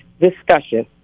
discussion